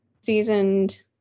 seasoned